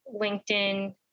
LinkedIn